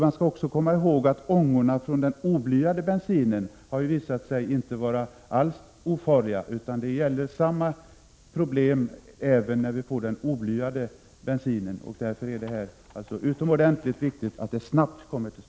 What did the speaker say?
Man skall också komma ihåg att det har visat sig att ångorna från den oblyade bensinen inte alls är ofarliga. Samma problem gäller alltså även den blyfria bensinen. Därför är det utomordentligt viktigt att åtgärder snabbt vidtas.